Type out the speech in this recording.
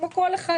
כמו כל אחד,